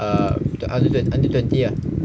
err until twen~ until twenty ah